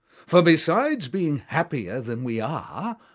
for besides being happier than we are,